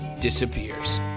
disappears